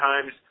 times